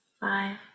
five